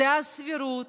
זו הסבירות.